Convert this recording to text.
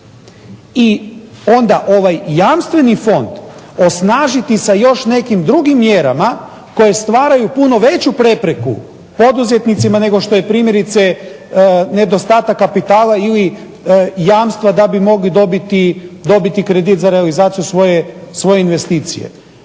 i onda ovaj Jamstveni fond osnažiti sa još nekim drugim mjerama koje stvaraju puno veću prepreku poduzetnicima nego što je primjerice nedostatak kapitala ili jamstva da bi mogli dobiti kredit za realizaciju svoje investicije.